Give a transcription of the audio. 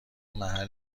محل